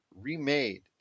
remade